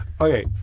okay